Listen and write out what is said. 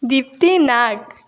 Dipti Nag